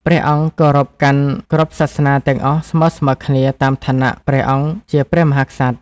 ព្រះអង្គគោរពកាន់គ្រប់សាសនាទាំងអស់ស្មើៗគ្នាតាមឋានៈព្រះអង្គជាព្រះមហាក្សត្រ ។